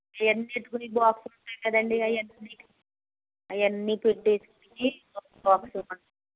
ఇవన్నీ పెట్టుకునే బాక్స్ ఉంటుంది కదండీ ఇవన్నీ అవన్నీ పెట్టి ఒక బాక్స్ ఇవ్వండి